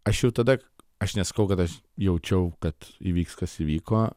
aš jau tada aš nesakau kad aš jaučiau kad įvyks kas įvyko